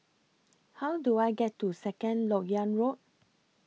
How Do I get to Second Lok Yang Road